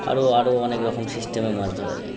আরো আরো অনেক রকম সিস্টেমে মাছ ধরা যায়